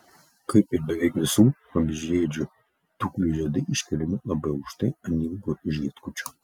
kaip ir beveik visų vabzdžiaėdžių tuklių žiedai iškeliami labai aukštai ant ilgo žiedkočio